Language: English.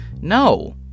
no